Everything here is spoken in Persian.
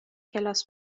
کلاس